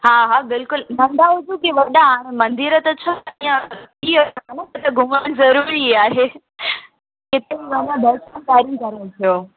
हा हा बिल्कुलु नंढा हुजनि की वॾा हाणे मंदर त छा त घुमणु ज़रूरी आहे हिते माना दर्शन हले पियो